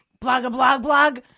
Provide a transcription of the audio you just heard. blog-a-blog-blog